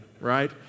right